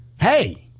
Hey